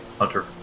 hunter